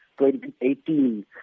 2018